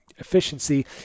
efficiency